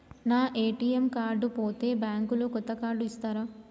నా ATM card పోతే bank లో కొత్త కార్డు ఇస్తరా?